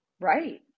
Right